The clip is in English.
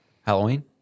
Halloween